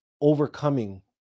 overcoming